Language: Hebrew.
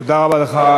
תודה רבה לך,